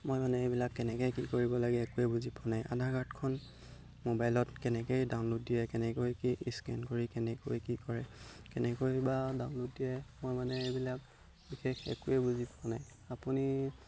মই মানে এইবিলাক কেনেকৈ কি কৰিব লাগে একোৱে বুজি পোৱা নাই আধাৰ কাৰ্ডখন মোবাইলত কেনেকৈ ডাউনলোড দিয়ে কেনেকৈ কি স্কেন কৰি কেনেকৈ কি কৰে কেনেকৈ বা ডাউনলোড দিয়ে মই মানে এইবিলাক বিশেষ একোৱে বুজি পোৱা নাই আপুনি